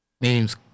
names